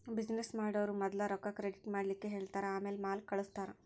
business ಮಾಡೊವ್ರು ಮದ್ಲ ರೊಕ್ಕಾ ಕ್ರೆಡಿಟ್ ಮಾಡ್ಲಿಕ್ಕೆಹೆಳ್ತಾರ ಆಮ್ಯಾಲೆ ಮಾಲ್ ಕಳ್ಸ್ತಾರ